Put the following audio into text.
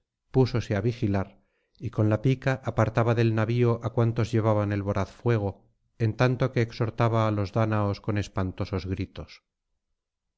púsose á vigilar y con la pica apartaba del navio á cuantos llevaban el voraz fuego en tanto que exhortaba á los dáñaos con espantosos gritos